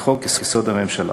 לחוק-יסוד: הממשלה.